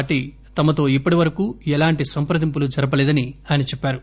party తమతో ఇప్పటి వరకు ఎలాంటి సంప్రదింపులు జరపలేదని ఆయన చెప్పారు